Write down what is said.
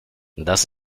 das